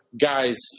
guys